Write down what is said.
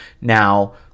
Now